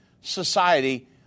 society